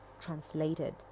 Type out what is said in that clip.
translated